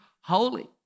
holy